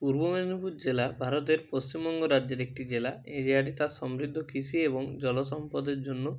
পূর্ব মেদিনীপুর জেলা ভারতের পশ্চিমবঙ্গ রাজ্যের একটি জেলা এই জেলাটি তার সমৃদ্ধ কৃষি এবং জল সম্পদের জন্য